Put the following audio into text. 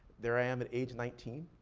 there i am at age nineteen.